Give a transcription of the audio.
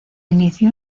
inició